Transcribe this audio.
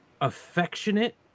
affectionate